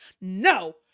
no